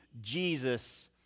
Jesus